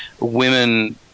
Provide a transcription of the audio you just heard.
women